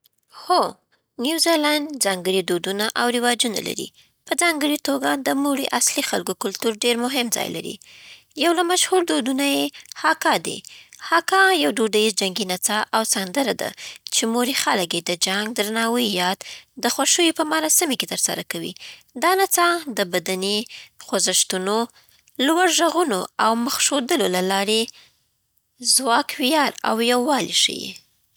هو، نیوزیلنډ ځانګړي دودونه او رواجونه لري، په ځانګړې توګه د موری اصلي خلکو کلتور ډېر مهم ځای لري. یو له مشهورو دودونو یې هاکا دی. هاکا یو دودیز جنګي نڅا او سندره ده چې موري خلک یې د جنګ، درناوي، یا د خوښیو په مراسمو کې ترسره کوي. دا نڅا د بدني خوځښتونو، لوړ ږغونو، او مخ ښودلو له لارې ځواک، ویاړ او یووالی ښيي.